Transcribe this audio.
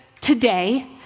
today